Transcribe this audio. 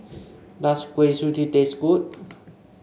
does Kuih Suji taste good